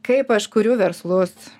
kaip aš kuriu verslus